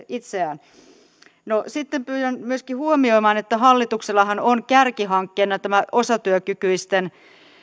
itseään sitten pyydän myöskin huomioimaan että hallituksellahan on kärkihankkeena tämä osatyökykyisten